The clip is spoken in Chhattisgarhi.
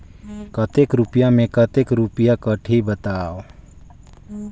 कतेक रुपिया मे कतेक रुपिया कटही बताव?